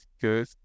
good